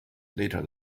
littered